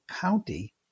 county